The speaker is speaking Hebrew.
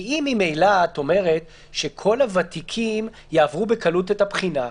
כי אם ממילא את אומרת שכל הוותיקים יעברו בקלות את הבחינה,